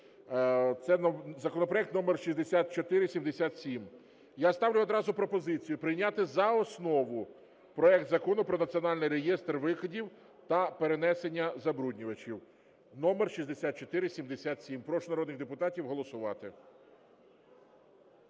(це законопроект номер 6477). Я ставлю одразу пропозицію прийняти за основу проект Закону про Національний реєстр викидів та перенесення забруднювачів (№ 6477) Прошу народних депутатів голосувати.